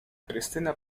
krystyna